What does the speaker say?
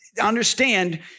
understand